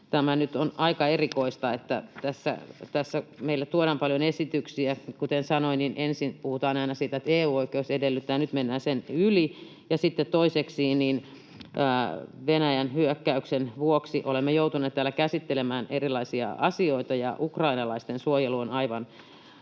Tämä nyt on aika erikoista. Tässä meille tuodaan paljon esityksiä. Kuten sanoin, ensin puhutaan aina siitä, että ”EU-oikeus edellyttää”, mutta nyt mennään sen yli. Ja sitten toiseksi: Venäjän hyökkäyksen vuoksi olemme joutuneet täällä käsittelemään erilaisia asioita, ja ukrainalaisten suojelu on aivan